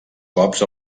cops